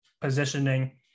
positioning